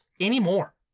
anymore